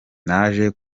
naje